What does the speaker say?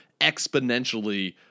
exponentially